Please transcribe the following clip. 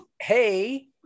Hey